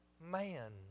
man